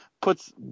puts